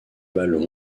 ballon